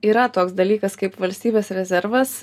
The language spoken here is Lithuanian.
yra toks dalykas kaip valstybės rezervas